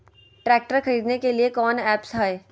Tractor खरीदने के लिए कौन ऐप्स हाय?